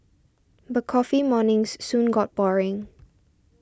but coffee mornings soon got boring